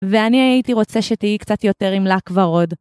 ואני הייתי רוצה שתהיי קצת יותר עם לק ורד.